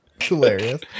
Hilarious